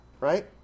right